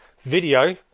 video